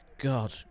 God